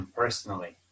personally